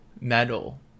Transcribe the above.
metal